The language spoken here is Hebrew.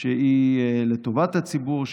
שהיא לטובת הציבור,